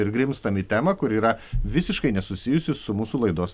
ir grimztam į temą kuri yra visiškai nesusijusi su mūsų laidos